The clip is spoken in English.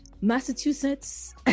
Massachusetts